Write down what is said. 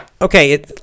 okay